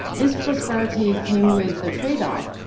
this prosperity came with a trade-off,